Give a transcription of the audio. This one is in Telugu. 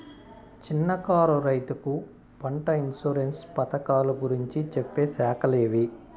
చిన్న కారు రైతుకు పంట ఇన్సూరెన్సు పథకాలు గురించి చెప్పే శాఖలు ఏవి?